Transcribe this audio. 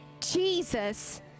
Jesus